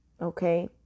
Okay